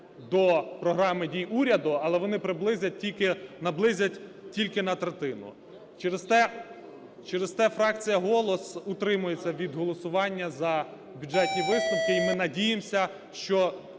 до Програм дій уряду, але вони приблизять, наблизять тільки на третину. Через те фракція "Голос" утримується від голосування за бюджетні висновки, і ми надіємося, що,